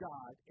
God